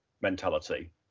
mentality